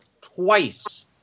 twice